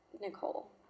Nicole